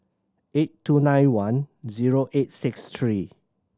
eight two nine one zero eight six three